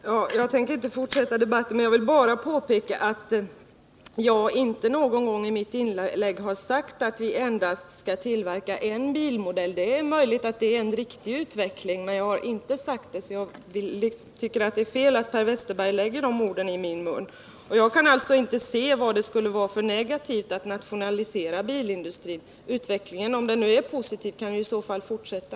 Herr talman! Jag tänker inte fortsätta debatten. Jag vill bara påpeka att jag inte någon gång i något av mina inlägg har sagt att vi skall tillverka endast en bilmodell. Det är möjligt att det är en riktig utveckling, men jag har inte sagt det, så jag tycker det är fel av Per Westerberg att lägga de orden i min mun. Jag kan alltså inte se vad det skulle kunna vara för negativt i att nationalisera bilindustrin. Utvecklingen — om den nu är positiv — kunde ju i så fall fortsätta.